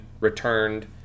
returned